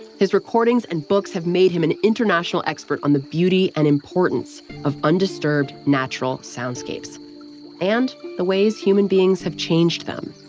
his recordings and books have made him an international expert on the beauty and importance of undisturbed, natural soundscapes and the ways human beings have changed them